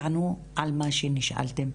תענו על מה שנשאלתן,